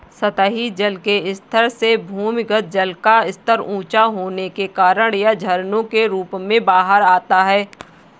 सतही जल के स्तर से भूमिगत जल का स्तर ऊँचा होने के कारण यह झरनों के रूप में बाहर आता है